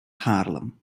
haarlem